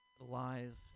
lies